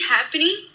happening